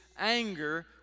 anger